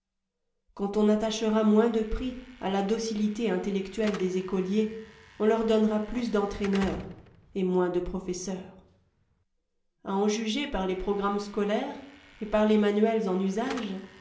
quant on attachera moins de prix à la docilité intellectuelle des écoliers on leur donnera plus d'entraîneurs et moins de professeurs a en juger par les programmes scolaires et par les manuels en usage